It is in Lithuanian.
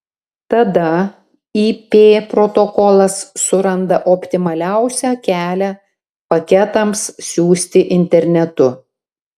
tada ip protokolas suranda optimaliausią kelią paketams siųsti internetu